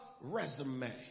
resume